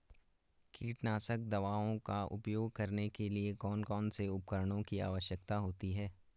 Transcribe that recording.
कीटनाशक दवाओं का उपयोग करने के लिए कौन कौन से उपकरणों की आवश्यकता होती है?